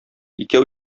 икәү